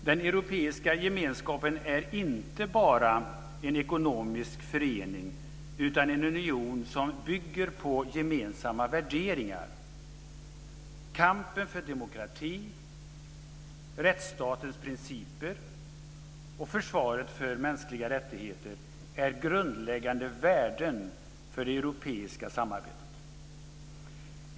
Den europeiska gemenskapen är inte bara en ekonomisk förening utan också en union som bygger på gemensamma värderingar. Kampen för demokrati, rättsstatens principer och försvaret för mänskliga rättigheter är grundläggande värden för det europeiska samarbetet.